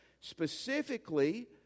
Specifically